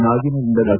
ನಾಗಿನಾದಿಂದ ಡಾ